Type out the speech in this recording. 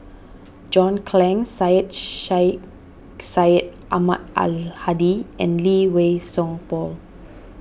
John Clang Syed Sheikh Syed Ahmad Al Hadi and Lee Wei Song Paul